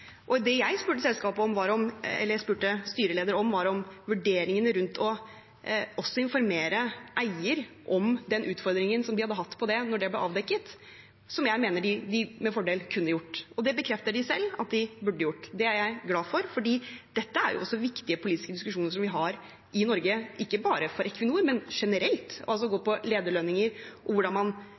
Det jeg spurte styrelederen om, var vurderingene rundt også å informere eier om den utfordringen de hadde hatt på dette, da det ble avdekket, noe jeg mener de med fordel kunne gjort. Det bekreftet de selv at de burde gjort. Det er jeg glad for, for dette er også viktige politiske diskusjoner som vi har i Norge, ikke bare når det gjelder Equinor, men generelt, som går på lederlønninger og hvordan man